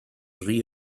rhy